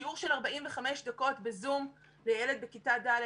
שיעור של 45 דקות בזום לילד בכיתה ד',